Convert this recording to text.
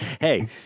hey